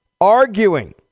arguing